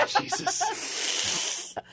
Jesus